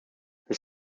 that